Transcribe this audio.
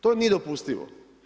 To nije dopustivo.